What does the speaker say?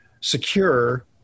secure